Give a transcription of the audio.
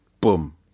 boom